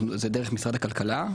זה דרך משרד הכלכלה,